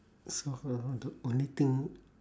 so for her the only thing